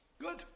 Good